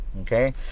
okay